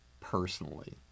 personally